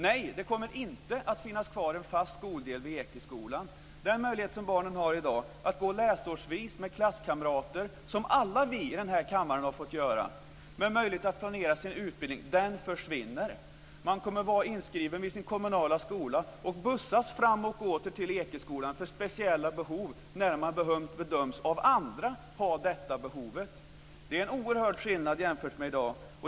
Nej, det kommer inte att finnas kvar en fast skoldel vid Ekeskolan. Den möjlighet som barnen har i dag, att gå läsårsvis med klasskamrater, som alla vi i den här kammaren har fått göra, med möjlighet att planera sin utbildning, försvinner. Man kommer att vara inskriven vid sin kommunala skola och bussas fram och åter till Ekeskolan för speciella behov, när man av andra bedöms ha detta behov. Det är en oerhörd skillnad jämfört med i dag.